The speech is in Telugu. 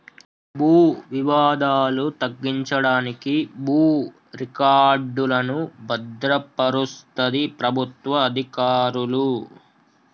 భూ వివాదాలు తగ్గించడానికి భూ రికార్డులను భద్రపరుస్తది ప్రభుత్వ అధికారులు